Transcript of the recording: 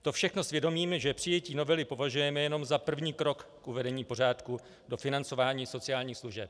To všechno s vědomím, že přijetí novely považujeme jenom za první krok k uvedení pořádku do financování sociálních služeb.